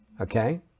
okay